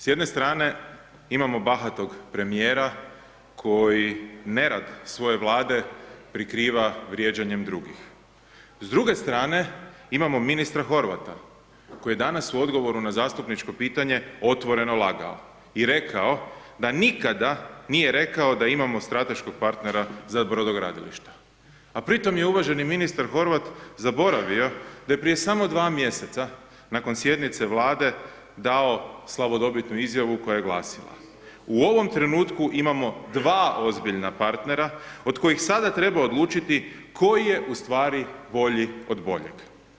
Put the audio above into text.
S jedne strane imamo bahatog premijera koji nerad svoje Vlade prikriva vrijeđanjem drugih, s druge strane imamo ministra Horvata koji je danas u odgovoru na zastupničko pitanje otvoreno lagao i rekao da nikada nije rekao da imamo strateškog partnera za brodogradilišta, a pri tom je uvaženi ministar Horvat zaboravio da je prije samo 2 mjeseca nakon sjednice Vlade dao slavodobitnu izjavu koja je glasila: „U ovom trenutku imamo 2 ozbiljna partnera od kojih sada treba odlučiti koji je u stvari bolji od boljeg.